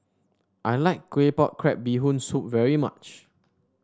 I like Claypot Crab Bee Hoon Soup very much